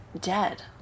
dead